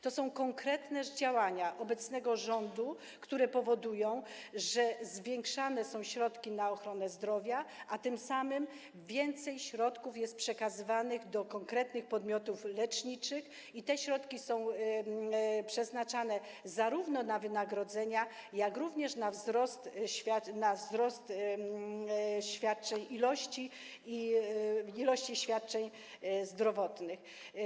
To są konkretne działania obecnego rządu, które powodują, że zwiększane są środki na ochronę zdrowia, a tym samym więcej środków jest przekazywanych do konkretnych podmiotów leczniczych i te środki są przeznaczane zarówno na wynagrodzenia, jak również na wzrost ilości świadczeń zdrowotnych.